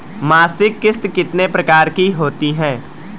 मासिक किश्त कितने प्रकार की होती है?